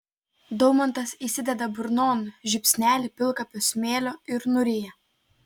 daumantas įsideda burnon žiupsnelį pilkapio smėlio ir nuryja